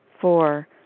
Four